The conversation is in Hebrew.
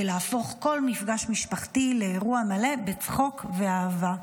ולהפוך כל מפגש משפחתי לאירוע מלא בצחוק ואהבה.